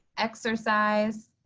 exercise,